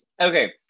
Okay